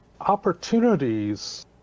opportunities